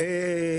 בנוגע לכבישים,